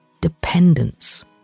dependence